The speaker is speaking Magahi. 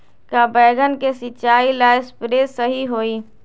का बैगन के सिचाई ला सप्रे सही होई?